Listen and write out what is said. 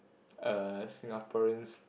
uh Singaporeans